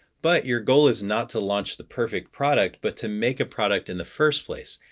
but your goal is not to launch the perfect product, but to make a product in the first place.